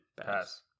Pass